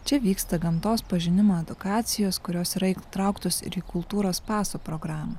čia vyksta gamtos pažinimo edukacijos kurios yra įtrauktos ir į kultūros paso programą